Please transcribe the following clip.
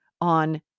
on